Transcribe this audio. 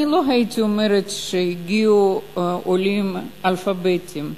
אני לא הייתי אומרת שהגיעו עולים אנאלפביתים,